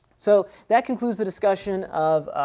so that concludes the discussion of